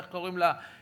איך קוראים לה,